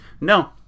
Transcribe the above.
no